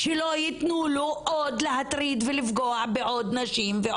שלא יתנו לו עוד להטריד ולפגוע בעוד ועוד נשים.